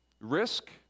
Risk